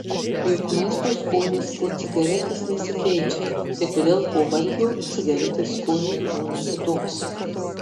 juk maisto skonis po cigaretės nesikeičia tai kodėl po valgio cigaretės skonis būna kitoks